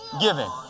Giving